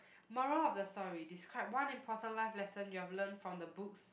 moral of the story describe one important life lesson you've learnt from the books